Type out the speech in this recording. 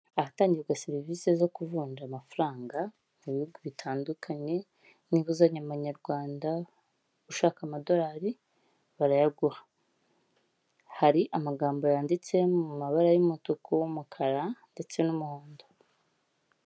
Ahatangirwa serivise zo kuvunja amafaranga, mu bihugu bitandukanye, n'inguzanye amanyarwanda ushaka amadolari barayaguha. Hari amagambo yanditse mu mabara y'umutuku w'umukara ndetse n'umuhondo.